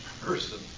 person